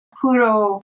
Puro